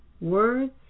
words